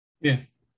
Yes